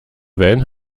van